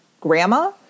Grandma